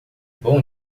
bom